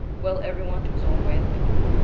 well, every one to his own way of thinking,